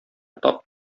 тап